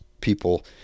people